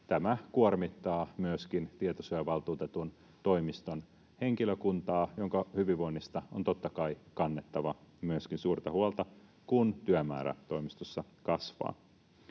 tämä kuormittaa myöskin tietosuojavaltuutetun toimiston henkilökuntaa, jonka hyvinvoinnista on totta kai kannettava myöskin suurta huolta, kun työmäärä toimistossa kasvaa.